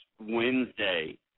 Wednesday